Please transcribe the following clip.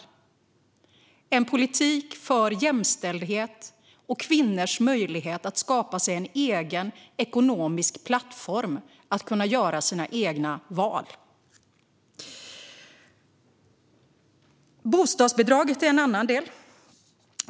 Det är en politik för jämställdhet och kvinnors möjlighet att skapa sig en egen ekonomisk plattform att kunna göra sina egna val. Bostadsbidraget är en annan del.